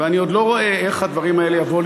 ואני עוד לא רואה איך הדברים האלה יבואו